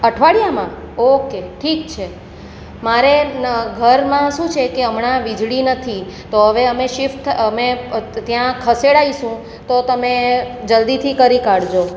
અઠવાડિયામાં ઓકે ઠીક છે મારે ઘરમાં શું છે કે હમણાં વીજળી નથી તો હવે અમે શિફ્ટ અમે ત્યાં ખસેડાઈશું તો તમે જલ્દીથી કરી કાઢજો